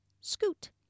scoot